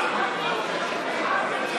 יש